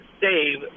save